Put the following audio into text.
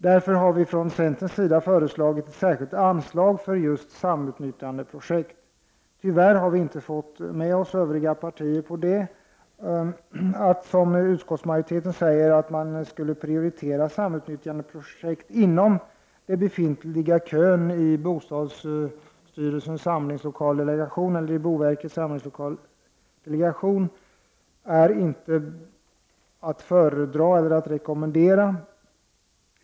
Därför har vi från centerns sida föreslagit ett särskilt anslag för just samnyttjandeprojekt. Tyvärr har vi inte fått övriga partier med oss på detta. Att, som utskottsmajoriteten säger, prioritera samnyttjandeprojekt inom den befintliga kön i samlingslokalsdelegationen är inte att rekommendera.